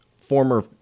former